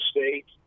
State